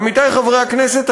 עמיתי חברי הכנסת,